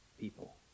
people